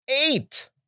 Eight